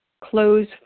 close